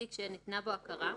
בתיק שניתנה בו הכרה,